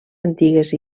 antigues